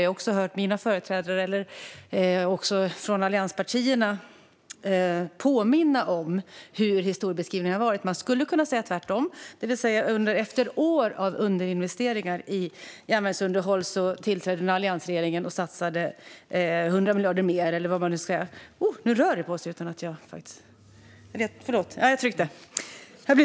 Jag har också hört företrädare från allianspartierna påminna om hur historien har varit. Man skulle kunna säga tvärtom: Efter år av underinvesteringar i järnvägsunderhåll tillträdde alliansregeringen och satsade 100 miljarder mer.